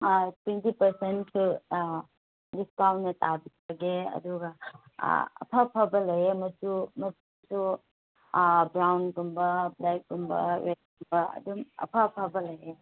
twenty ꯄꯥꯔꯁꯦꯟꯁꯦ ꯅꯤꯄꯥꯜꯅ ꯇꯥꯕꯤꯔꯒꯦ ꯑꯗꯨꯒ ꯑꯐ ꯑꯐꯕ ꯂꯩꯌꯦ ꯃꯆꯨ ꯃꯆꯨ ꯕ꯭ꯔꯥꯎꯟ ꯒꯨꯝꯕ ꯕ꯭ꯂꯦꯛꯀꯨꯝꯕ ꯔꯦꯠꯀꯨꯝꯕ ꯑꯗꯨꯝ ꯑꯐ ꯑꯐꯕ ꯂꯩꯌꯦ